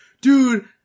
Dude